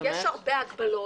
יש הרבה הגבלות.